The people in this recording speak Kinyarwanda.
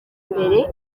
mbere